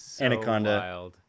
Anaconda